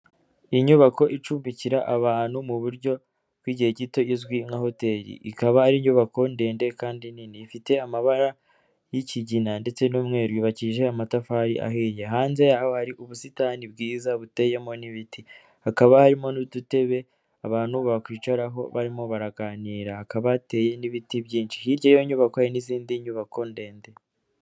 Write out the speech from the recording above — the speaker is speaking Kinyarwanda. Inyubako icumbikira abantu mu buryo bw'igihe gito izwi nka hoteli. Ikaba ari inyubako ndende kandi nini. Ifite amabara y'ikigina ndetse n'umweru. Yubakishije amatafari ahiye. Hanze yaho hari ubusitani bwiza buteyemo n'ibiti. Hakaba harimo n'udutebe abantu bakwicaraho barimo baraganira. Hakaba hateye n'ibiti byinshi. Hirya y'iyo nyubako hari n'izindi nyubako ndende.